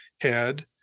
head